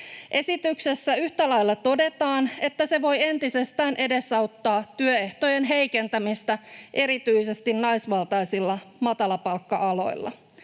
Esityksessä yhtä lailla todetaan, että se voi entisestään edesauttaa työehtojen heikentämistä erityisesti naisvaltaisilla matalapalkka-aloilla.